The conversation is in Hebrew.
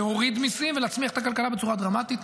להוריד מיסים ולהצמיח את הכלכלה בצורה דרמטית.